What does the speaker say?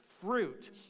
fruit